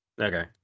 Okay